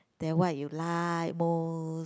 then what you like most